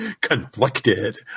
conflicted